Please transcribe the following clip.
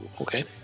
okay